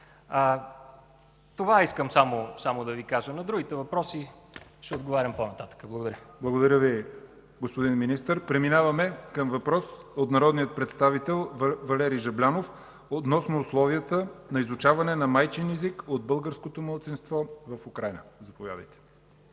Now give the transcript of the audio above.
Това искам само да Ви кажа. На другите въпроси ще отговарям по-нататък. Благодаря. ПРЕДСЕДАТЕЛ ЯВОР ХАЙТОВ: Благодаря Ви, господин Министър. Преминаваме към въпрос от народния представител Валери Жаблянов относно условията на изучаване на майчин език от българското малцинство в Украйна. Заповядайте.